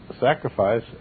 Sacrifice